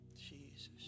Jesus